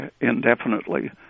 indefinitely